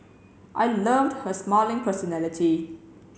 I loved her smiling personality